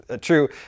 true